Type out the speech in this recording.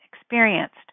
experienced